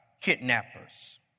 kidnappers